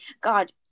God